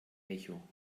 echo